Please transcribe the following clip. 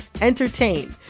entertain